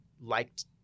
liked